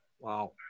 Wow